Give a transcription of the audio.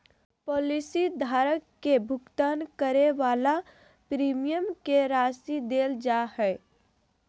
policy धारक के भुगतान करे वाला प्रीमियम के राशि देल जा हइ